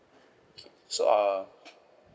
K so uh